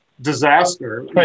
disaster